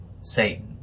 Satan